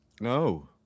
No